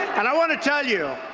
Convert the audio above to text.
and i want to tell you,